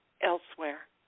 Elsewhere